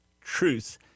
truth